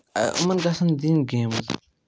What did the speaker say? یِمَن گژھن دِنۍ گیمٕز